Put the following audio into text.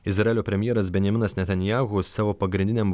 izraelio premjeras benjaminas netanyahu savo pagrindiniam